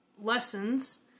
lessons